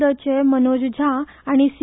द चे मनोज झाँ आनी सी